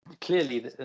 clearly